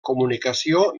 comunicació